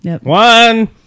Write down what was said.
one